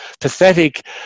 pathetic